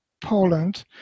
Poland